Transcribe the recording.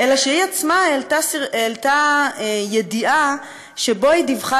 --- אלא שהיא עצמה העלתה ידיעה שבה היא דיווחה